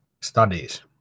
studies